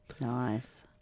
Nice